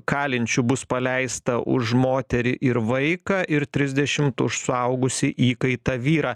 kalinčių bus paleista už moterį ir vaiką ir trisdešimt už suaugusį įkaitą vyrą